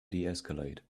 deescalate